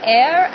air